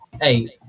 eight